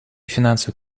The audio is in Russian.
финансовый